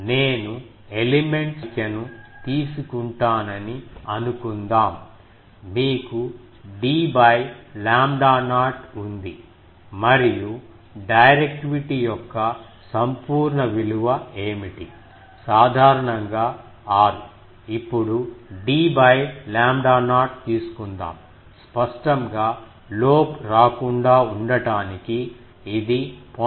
నేను ఎలిమెంట్స్ సంఖ్యను తీసుకుంటానని అనుకుందాం మీకు d లాంబ్డా నాట్ ఉంది మరియు డైరెక్టివిటీ యొక్క సంపూర్ణ విలువ ఏమిటి సాధారణంగా 6 ఇప్పుడు d లాంబ్డా నాట్ తీసుకుందాం స్పష్టంగా లోబ్ రాకుండా ఉండటానికి ఇది 0